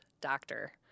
doctor